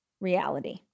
reality